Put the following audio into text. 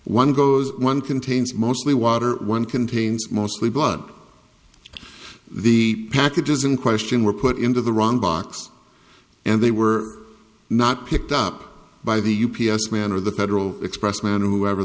one goes one contains mostly water one contains mostly blood the packages in question were put into the wrong box and they were not picked up by the u p s man or the federal express man whoever